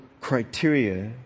criteria